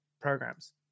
programs